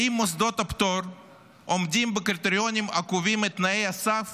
האם מוסדות הפטור עומדים בקריטריונים הקובעים את תנאי הסף